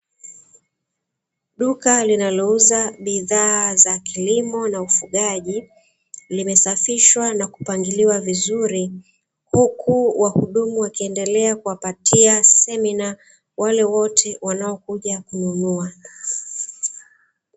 Duka linalouza bidhaa za kilimo na ufugaji, limesafishwa na kupangiliwa vizuri, huku wahudumu wakiendelea kuwapatia semina, wale wote wanaokuja kununua.